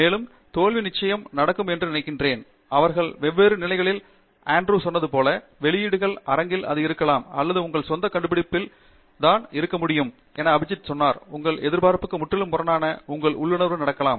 மேலும் தோல்வி நிச்சயம் நடக்கும் என்று நினைக்கிறேன் அவர்கள் வெவ்வேறு நிலைகளில் நடக்கலாம் ஆண்ட்ரூ சொன்னது போல வெளியீட்டு அரங்கில் அது இருக்கலாம் அல்லது உங்கள் சொந்த கண்டுபிடிப்பில் தான் இருக்க முடியும் என அபிஜித் சொன்னார் உங்கள் எதிர்பார்ப்புக்கு முற்றிலும் முரணாக உங்கள் உள்ளுணர்வு நடக்கலாம்